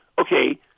okay